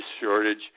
shortage